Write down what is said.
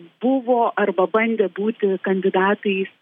buvo arba bandė būti kandidatais